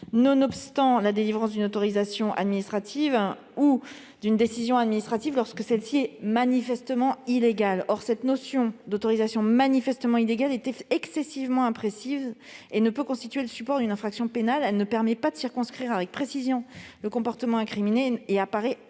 nonobstant la délivrance d'une autorisation administrative ou d'une décision administrative, lorsque celle-ci est manifestement illégale. Or cette notion d'autorisation manifestement illégale est excessivement imprécise et ne peut constituer le support d'une infraction pénale ; elle ne permet pas de circonscrire avec précision le comportement incriminé et apparaît en